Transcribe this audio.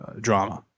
drama